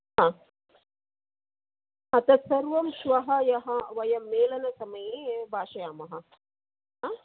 हा हा तत् सर्वं श्वः यः वयं मेलन समये भाषयामः आ